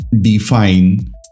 define